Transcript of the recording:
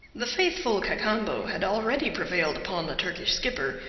the faithful cacambo had already prevailed upon the turkish skipper,